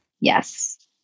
Yes